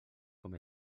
com